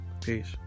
Peace